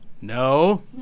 no